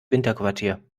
winterquartier